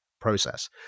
process